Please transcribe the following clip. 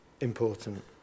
important